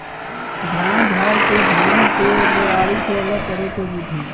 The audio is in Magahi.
धान झाड़ के धान के लेबारी से अलग करे के विधि